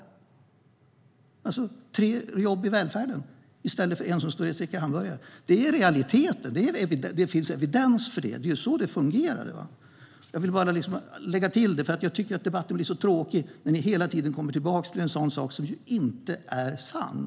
Det innebär tre jobb i välfärden i stället för en som steker hamburgare. Det är en realitet, och det finns en evidens för det. Det är så det fungerar. Jag ville bara lägga till detta, för jag tycker att debatten blir så tråkig när ni hela tiden kommer tillbaka till en sak som inte är sann.